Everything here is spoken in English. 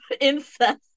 incest